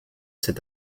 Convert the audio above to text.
cet